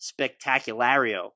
spectaculario